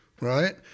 Right